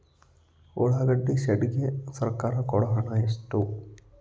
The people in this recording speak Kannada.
ಉಳ್ಳಾಗಡ್ಡಿ ಶೆಡ್ ಗೆ ಸರ್ಕಾರ ಕೊಡು ಹಣ ಎಷ್ಟು?